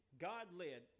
God-led